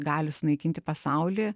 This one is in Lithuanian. gali sunaikinti pasaulį